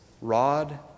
rod